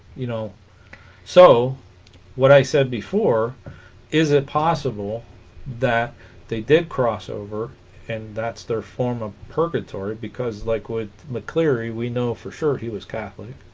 you know so what i said before is it possible that they did cross over and that's their form of purgatory because like what mccleary we know for sure he was catholic